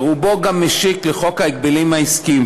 ורובו גם משיק לחוק ההגבלים העסקיים.